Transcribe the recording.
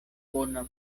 bona